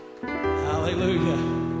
Hallelujah